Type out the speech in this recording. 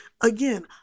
again